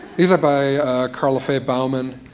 these are by carla faye bauman,